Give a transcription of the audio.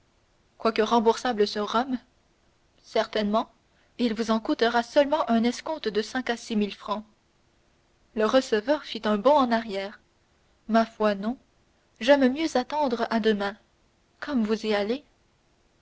quoique remboursable sur rome certainement il vous en coûtera seulement un escompte de cinq à six mille francs le receveur fit un bond en arrière ma foi non j'aime mieux attendre à demain comme vous y allez